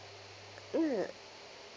mm